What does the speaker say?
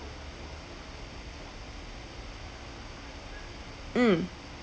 mm